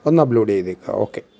ഒന്ന് അപ്ലോഡ് ചെയ്തേക്കുമോ ഓക്കേ